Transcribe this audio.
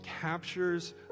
captures